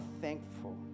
thankful